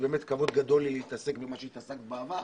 זה באמת כבוד גדול לי להתעסק במה שהתעסקת את בעבר.